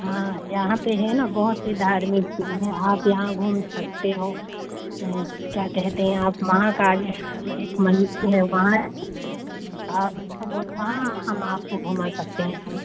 हाँ यहाँ पर है ना बहुत से धार्मिक आप यहाँ घूम सकते हो क्या कहते हैं आप महाकालेश्वर में एक मंदिर है वहाँ आप जहाँ बोलो वहाँ हम आपको घुमा सकते हैं